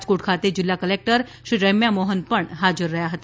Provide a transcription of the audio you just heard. રાજકોટ ખાતે જિલ્લા કલેક્ટરશ્રી રેમ્યા મોહન હાજર રહ્યા હતાં